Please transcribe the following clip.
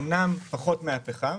אמנם פחות מן הפחם,